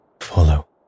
follow